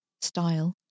style